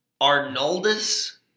Arnoldus